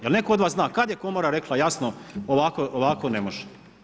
Je li netko od vas zna, kada je komora rekla jasno ovako ne može?